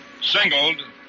singled